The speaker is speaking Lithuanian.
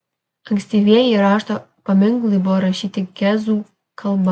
ankstyvieji rašto paminklai buvo rašyti gezu kalba